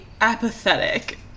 apathetic